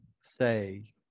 say